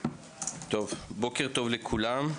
בוקר טוב לכולם.